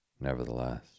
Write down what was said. Nevertheless